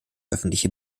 öffentliche